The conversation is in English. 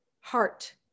heart